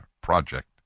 project